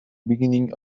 beginning